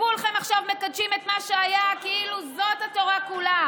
וכולכם עכשיו מקדשים את מה שהיה כאילו זו התורה כולה.